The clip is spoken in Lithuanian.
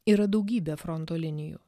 yra daugybė fronto linijų